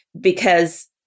because-